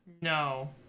No